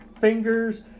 fingers